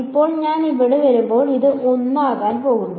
ഇപ്പോൾ ഞാൻ ഇവിടെ വരുമ്പോൾ അത് വീണ്ടും 1 ആകാൻ പോകുന്നു